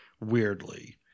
weirdly